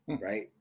right